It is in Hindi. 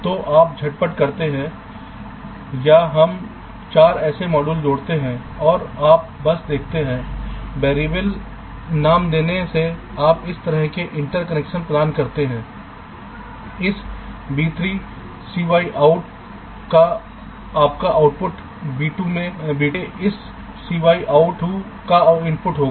तो आप झटपट करते हैं या हम 4 ऐसे मॉड्यूल जोड़ते हैं और आप बस देखते हैं वैरिएबल नाम देने से आप इस तरह के इंटर कलेक्शन प्रदान करते हैं इस B3 cy out 2 का आपका आउटपुट B2 के इस cy out 2 का इनपुट होगा